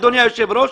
אדוני היושב-ראש,